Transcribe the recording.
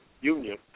union